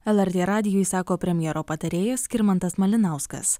lrt radijui sako premjero patarėjas skirmantas malinauskas